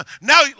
Now